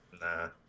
Nah